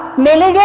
memo yeah